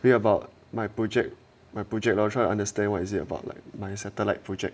read about my project my project lor try to understand what is it about like mine satellite project